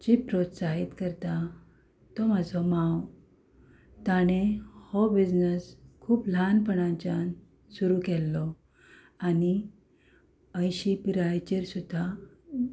जी प्रोत्साहीत करता तो म्हजो मांव ताणें हो बिझनस खूब ल्हानपणाच्यान सुरू केल्लो आनी अंयशी पिरायेचेर सुद्दां